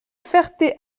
ferté